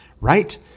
right